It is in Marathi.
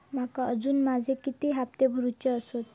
माका अजून माझे किती हप्ते भरूचे आसत?